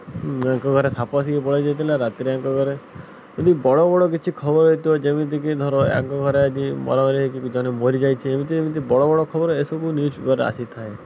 ଆଙ୍କ ଘରେ ସାପ ଆସିକି ପଳାଇ ଯାଇଥିଲା ରାତିରେ ଆଙ୍କ ଘରେ ଏମିତି ବଡ଼ ବଡ଼ କିଛି ଖବର ହୋଇଥିବ ଯେମିତିକି ଧର ଆଙ୍କ ଘରେ ଆଜିି ମର୍ଡ଼ର୍ ହୋଇକି ତା'ମାନେ ମରିଯାଇଛି ଏମିତି ଏମିତି ବଡ଼ ବଡ଼ ଖବର ଏସବୁ ନ୍ୟୁଜ୍ ପେପର୍ରେ ଆସିଥାଏ